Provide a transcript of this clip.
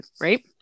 Right